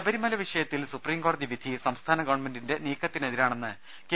ശബരിമല വിഷയത്തിൽ സുപ്രീംകോടതി വിധി സംസ്ഥാന ഗവൺമെന്റിന്റെ നീക്കത്തിനെതിരാണെന്ന് കെ